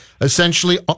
essentially